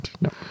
no